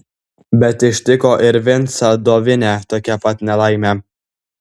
bet ištiko ir vincą dovinę tokia pat nelaimė